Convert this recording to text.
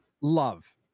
love